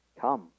Come